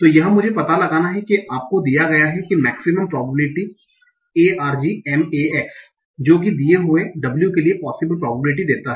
तो यह मुझे पता लगाना है जो आपको दिया हुआ हैं मेक्सीमम प्रोबेबिलिटी argmax जो की दिये हुए W के लिए पोसिबिलिटी प्रोबेबिलिटी देता है